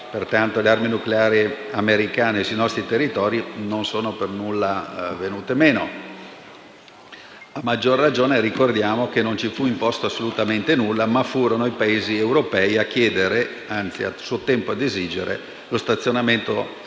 mantenere le armi nucleari americane sui nostri territori non sono per nulla venute meno. A maggior ragione, ricordiamo che non ci fu imposto assolutamente nulla, ma furono i Paesi europei a chiedere, anzi a suo tempo a esigere, lo stazionamento nel